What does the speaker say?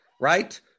right